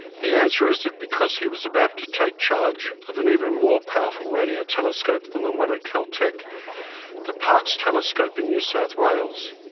the answer is that because he was about to take charge of an even more powerful radio telescope than the one at caltech the parkes telescope in new south wales.